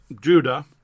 Judah